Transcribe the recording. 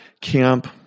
camp